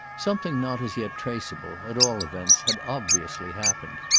something not as yet traceable, at all events, had obviously happened.